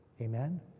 Amen